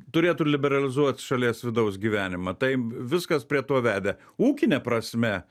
turėtų liberalizuoti šalies vidaus gyvenimą tai viskas prie to vedė ūkine prasme